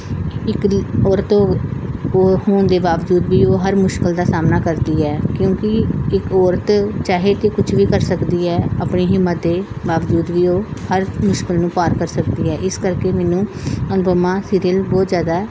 ਇੱਕ ਔਰਤ ਓ ਹੋਣ ਦੇ ਬਾਵਜੂਦ ਵੀ ਉਹ ਹਰ ਮੁਸ਼ਕਲ ਦਾ ਸਾਹਮਣਾ ਕਰਦੀ ਹੈ ਕਿਉਂਕਿ ਇੱਕ ਔਰਤ ਚਾਹੇ ਤਾਂ ਕੁਛ ਵੀ ਕਰ ਸਕਦੀ ਹੈ ਆਪਣੀ ਹਿੰਮਤ ਦੇ ਬਾਵਜੂਦ ਵੀ ਉਹ ਹਰ ਮੁਸ਼ਕਲ ਨੂੰ ਪਾਰ ਕਰ ਸਕਦੀ ਹੈ ਇਸ ਕਰਕੇ ਮੈਨੂੰ ਅਨੁਪਮਾ ਸੀਰੀਅਲ ਬਹੁਤ ਜ਼ਿਆਦਾ